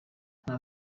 nta